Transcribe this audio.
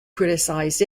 criticized